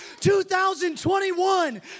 2021